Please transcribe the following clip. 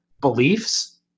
beliefs